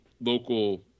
local